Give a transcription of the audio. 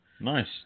nice